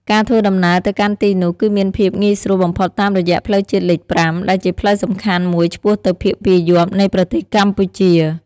ការធ្វើដំណើរទៅកាន់ទីនោះគឺមានភាពងាយស្រួលបំផុតតាមរយៈផ្លូវជាតិលេខ ៥ ដែលជាផ្លូវសំខាន់មួយឆ្ពោះទៅភាគពាយព្យនៃប្រទេសកម្ពុជា។